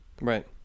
Right